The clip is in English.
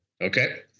Okay